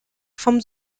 vom